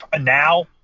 Now